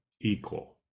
equal